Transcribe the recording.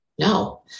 no